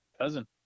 cousin